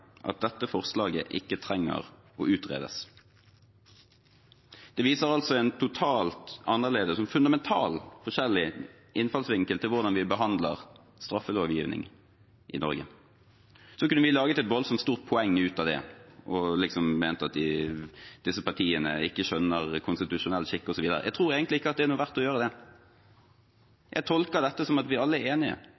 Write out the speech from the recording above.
dette forslaget ikke trenger å utredes.» Dette viser en totalt annerledes og fundamentalt forskjellig innfallsvinkel til hvordan vi behandler straffelovgivning i Norge. Vi kunne laget et voldsomt stort poeng ut av det og ment at disse partiene ikke skjønner konstitusjonell skikk, osv., men jeg tror egentlig ikke det er noen vits i å gjøre det.